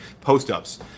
post-ups